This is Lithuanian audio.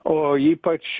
o ypač